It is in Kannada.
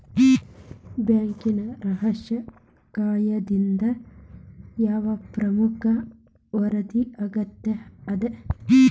ಬ್ಯಾಂಕ್ ರಹಸ್ಯ ಕಾಯಿದೆಯಿಂದ ಯಾವ್ದ್ ಪ್ರಮುಖ ವರದಿ ಅಗತ್ಯ ಅದ?